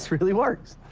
really works.